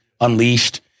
Unleashed